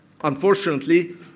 Unfortunately